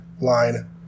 line